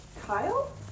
Kyle